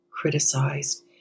criticized